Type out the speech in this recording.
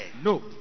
No